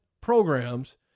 programs